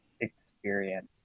experience